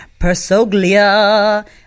Persoglia